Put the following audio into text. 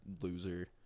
loser